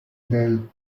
del